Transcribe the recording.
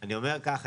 אני אומר ככה,